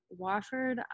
Wofford